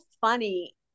funny